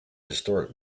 historic